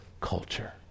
culture